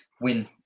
win